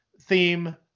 theme